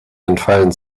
entfallen